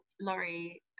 Laurie